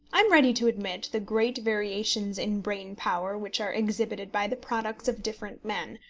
i am ready to admit the great variations in brain power which are exhibited by the products of different men,